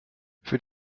für